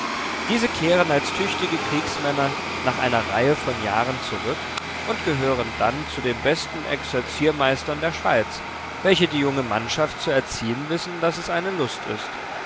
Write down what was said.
diese kehren als tüchtige kriegsmänner nach einer reihe von jahren zurück und gehören dann zu den besten exerziermeistern der schweiz welche die junge mannschaft zu erziehen wissen daß es eine lust ist